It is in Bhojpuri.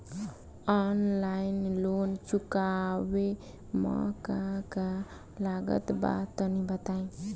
आनलाइन लोन चुकावे म का का लागत बा तनि बताई?